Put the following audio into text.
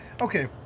okay